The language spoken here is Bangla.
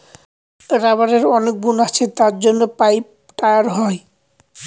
রাবারের অনেক গুণ আছে তার জন্য পাইপ, টায়ার হয়